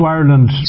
Ireland